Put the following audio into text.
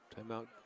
Timeout